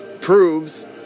proves